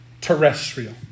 terrestrial